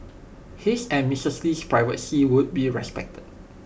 his and misses Lee's privacy would be respected